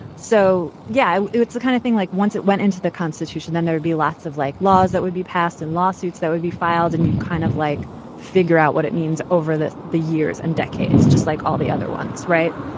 so, yeah, it's the kind of thing like once it went into the constitution, then there would be lots of like laws that would be passed in lawsuits that would be filed. and you kind of like figure out what it means over the the years and decades, just like all the other ones. right.